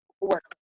work